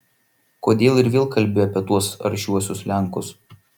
kodėl ir vėl kalbi apie tuos aršiuosius lenkus